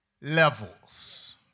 levels